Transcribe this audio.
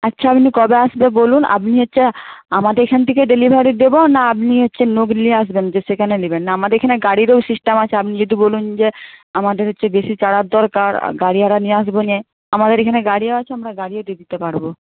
আচ্ছা আপনি কবে আসবে বলুন আপনি হচ্ছে আমাদের এখান থেকে ডেলিভারি দেবো না আপনি হচ্ছে লোক নিয়ে আসবেন যে সেখানে নেবেন না আমাদের এখানে গাড়িরও সিস্টেম আছে আপনি যদি বলেন যে আমাদের হচ্ছে বেশি চারার দরকার গাড়ি আরে নিয়ে আসবো না আমাদের এখানে গাড়িও আছে আমরা গাড়িও দিয়ে দিতে পারব